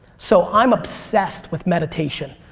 so i'm obsessed with meditation.